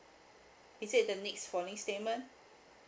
is it the next following statement